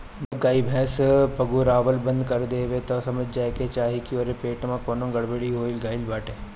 जब गाई भैस पगुरावल बंद कर देवे तअ समझ जाए के चाही की ओकरी पेट में कवनो गड़बड़ी हो गईल बाटे